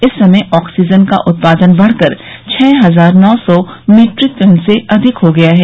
इस समय ऑक्सीजन का उत्पादन बढकर छह हजार नौ सौ मीट्रिक टन से अधिक हो गया है